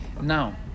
Now